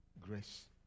Grace